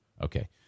Okay